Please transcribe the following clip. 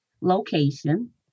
location